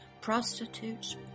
prostitutes